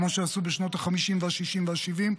כמו שעשו בשנות החמישים והשישים והשבעים,